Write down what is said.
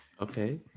Okay